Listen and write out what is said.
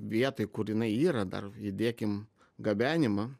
vietoj kur jinai yra dar įdėkim gabenimą